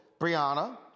Brianna